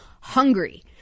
hungry